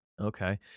Okay